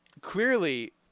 clearly